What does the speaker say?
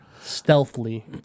Stealthily